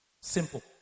Simple